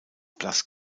blass